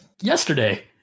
yesterday